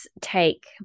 take